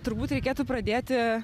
turbūt reikėtų pradėti